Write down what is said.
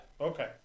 Okay